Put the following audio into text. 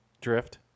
Drift